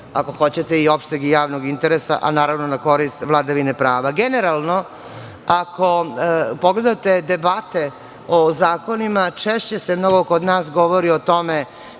ako hoćete i opšteg i javnog interesa, a naravno na korist vladavine prava. Generalno, ako pogledate debate o zakonima, češće se kod nas govori o tome